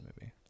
movie